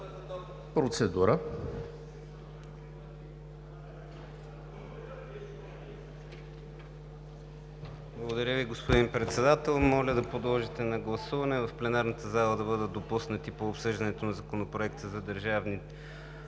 (ГЕРБ): Благодаря Ви, господин Председател. Моля да подложите на гласуване в пленарната зала да бъдат допуснати по обсъждането на Законопроекта за държавния